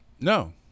No